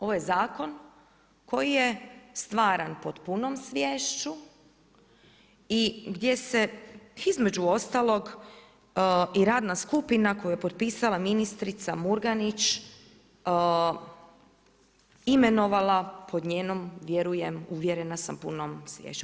Ovo je zakon koji je stvaran pod punom sviješću i gdje se između ostalog i radna skupina koju je potpisala ministrica Murganić imenovala pod njenom vjerujem, uvjerena sam punom sviješću.